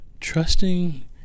trusting